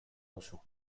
duzu